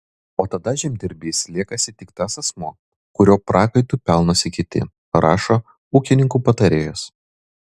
o tada žemdirbys liekasi tik tas asmuo kurio prakaitu pelnosi kiti rašo ūkininko patarėjas